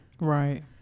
Right